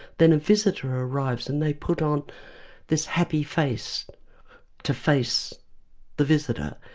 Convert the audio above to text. then a visitor arrives and they put on this happy face to face the visitor.